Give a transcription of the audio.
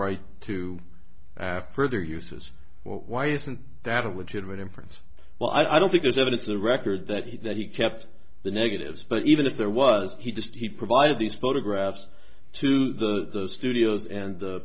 right to ask further uses why isn't that a legitimate inference well i don't think there's evidence of a record that he that he kept the negatives but even if there was he just he provided these photographs to the studios and